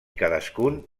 cadascun